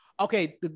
Okay